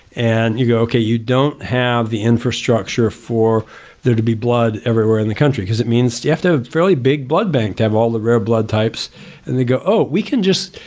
and you go, okay, you don't have the infrastructure for there to be blood everywhere in the country, because it means, you have to fairly big blood bank to have all the rare blood types and they go, we can just,